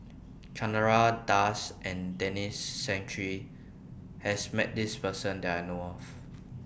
Chandra Das and Denis Santry has Met This Person that I know of